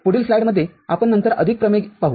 पुढील स्लाइडमध्ये आपण नंतर अधिक प्रमेय पाहू